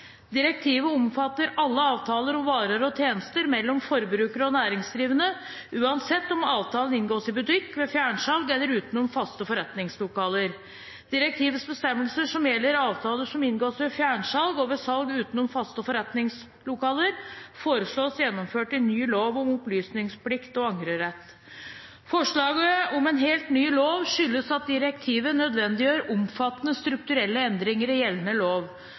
Direktivet omfatter alle avtaler om varer og tjenester mellom forbrukere og næringsdrivende, uansett om avtalen inngås i butikk, ved fjernsalg eller utenom faste forretningslokaler. Direktivets bestemmelser som gjelder avtaler som inngås ved fjernsalg og ved salg utenom faste forretningslokaler, foreslås gjennomført i ny lov om opplysningsplikt og angrerett. Forslaget om en helt ny lov skyldes at direktivet nødvendiggjør omfattende strukturelle endringer i gjeldende lov.